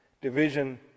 division